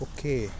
Okay